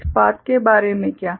इस पाथ के बारे में क्या